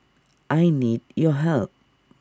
I need your help